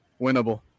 Winnable